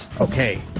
Okay